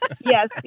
Yes